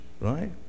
right